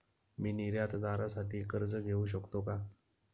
मी निर्यातदारासाठी कर्ज घेऊ शकतो का?